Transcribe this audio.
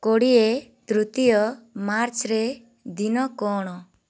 କୋଡ଼ିଏ ତୃତୀୟ ମାର୍ଚ୍ଚରେ ଦିନ କ'ଣ